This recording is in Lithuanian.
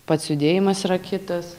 pats judėjimas yra kitas